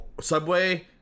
Subway